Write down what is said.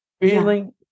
feeling